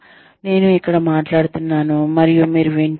నేను ఇక్కడ మాట్లాడుతున్నాను మరియు మీరు వింటున్నారు